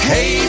Hey